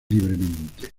libremente